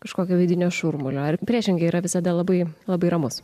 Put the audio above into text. kažkokio vidinio šurmulio ar priešingai yra visada labai labai ramus